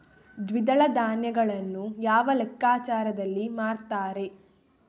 ದ್ವಿದಳ ಧಾನ್ಯಗಳನ್ನು ಯಾವ ಲೆಕ್ಕಾಚಾರದಲ್ಲಿ ಮಾರ್ತಾರೆ?